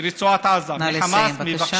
מרצועת עזה, נא לסיים, בבקשה.